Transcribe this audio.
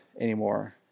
anymore